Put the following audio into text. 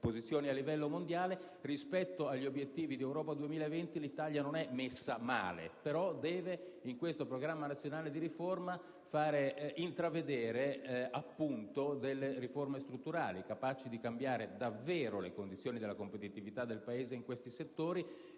posizioni a livello mondiale. Ora, rispetto agli obiettivi di Europa 2020 l'Italia non è messa male; però in questo Programma nazionale di riforma deve fare intravedere riforme strutturali, capaci di cambiare davvero le condizioni della competitività del Paese in questi settori